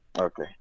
okay